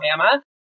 Alabama